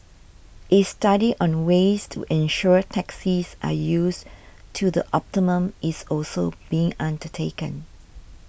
a study on ways to ensure taxis are used to the optimum is also being undertaken